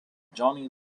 johnny